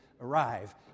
arrive